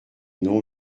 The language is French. non